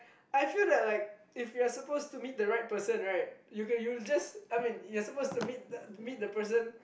I feel that like if you're supposed to meet the right person right you will you'll just I mean you will just meet the person